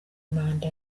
manda